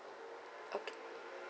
okay